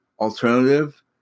alternative